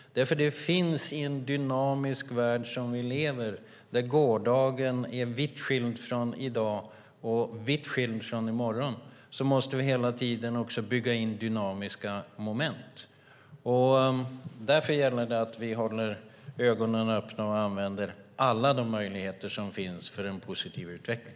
I en dynamisk värld som den vi lever i, där gårdagen är vitt skild från i dag och vitt skild från i morgon, måste vi hela tiden bygga in dynamiska moment. Därför gäller det att vi håller ögonen öppna och använder alla de möjligheter som finns för en positiv utveckling.